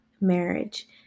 marriage